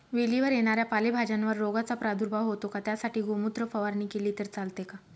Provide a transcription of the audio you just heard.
वेलीवर येणाऱ्या पालेभाज्यांवर रोगाचा प्रादुर्भाव होतो का? त्यासाठी गोमूत्र फवारणी केली तर चालते का?